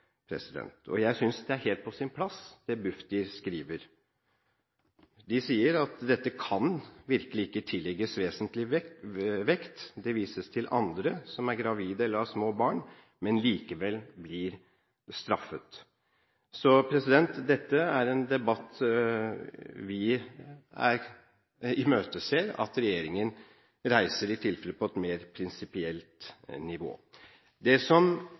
Jeg synes det Bufdir skriver, er helt på sin plass. De sier at dette virkelig ikke kan tillegges vesentlig vekt. Det vises til andre som er gravide, eller har små barn, men likevel blir straffet. Så dette er en debatt vi imøteser at regjeringen reiser på et mer prinsipielt nivå. Det som